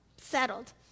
Settled